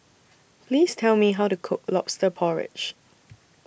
Please Tell Me How to Cook Lobster Porridge